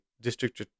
District